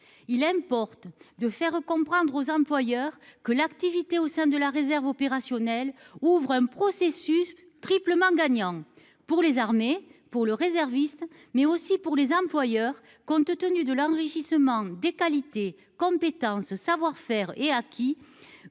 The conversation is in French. il aime. De faire comprendre aux employeurs que l'activité au sein de la réserve opérationnelle ouvre un processus triplement gagnant pour les armées pour le réserviste mais aussi pour les employeurs, compte tenu de l'enrichissement des qualités compétences ce savoir-faire et acquis